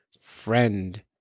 friend